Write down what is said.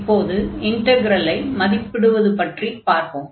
இப்போது இன்டக்ரலை மதிப்பிடுவது பற்றிப் பார்ப்போம்